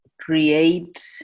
create